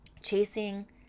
Chasing